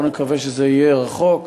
בואו נקווה שזה יהיה רחוק.